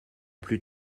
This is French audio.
plus